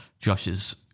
Josh's